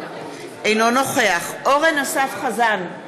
אינו נוכח אורן אסף חזן,